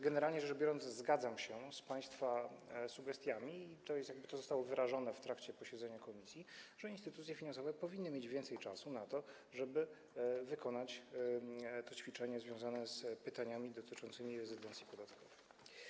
Generalnie rzecz biorąc, zgadzam się z państwa sugestiami, i to zostało wyrażone w trakcie posiedzenia komisji, że instytucje finansowe powinny mieć więcej czasu na to, żeby wykonać to ćwiczenie związane z pytaniami dotyczącymi rezydencji podatkowej.